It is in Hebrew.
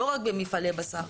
לא רק במפעלי בשר.